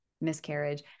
miscarriage